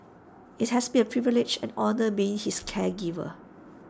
IT has been A privilege and honour being his caregiver